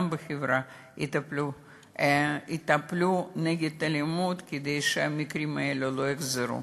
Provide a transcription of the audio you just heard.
בחברה יטפלו באלימות כדי שהמקרים האלה לא יחזרו.